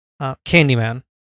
Candyman